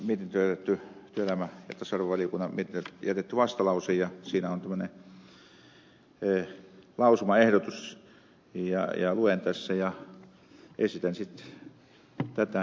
tähän työelämä ja tasa arvovaliokunnan mietintöön on jätetty vastalause siinä on tämmöinen lausumaehdotus ja luen sen tässä ja ehdotan sitten tätä päätökseksi